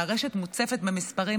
והרשת מוצפת במספרים.